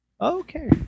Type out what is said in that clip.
okay